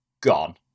Gone